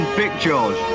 pictures